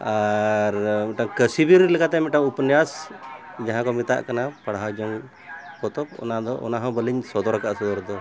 ᱟᱨ ᱢᱤᱫᱴᱟᱝ ᱠᱟᱹᱥᱤᱵᱤᱨ ᱞᱮᱠᱟᱛᱮ ᱢᱤᱫᱴᱟᱝ ᱩᱯᱱᱟᱥ ᱡᱟᱦᱟᱸ ᱠᱚ ᱢᱮᱛᱟᱜ ᱠᱟᱱᱟ ᱯᱟᱲᱦᱟᱣ ᱡᱚᱝ ᱯᱚᱛᱚᱵ ᱚᱱᱟ ᱫᱚ ᱚᱱᱟ ᱦᱚᱸ ᱵᱟᱹᱞᱤᱧ ᱥᱚᱫᱚᱨ ᱠᱟᱜᱼᱟ ᱥᱚᱫᱚᱨ ᱫᱚ